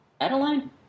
Adeline